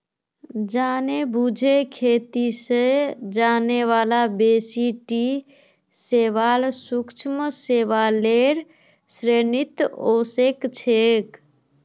जानेबुझे खेती स जाने बाला बेसी टी शैवाल सूक्ष्म शैवालेर श्रेणीत ओसेक छेक